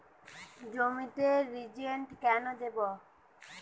জমিতে রিজেন্ট কেন দেবো?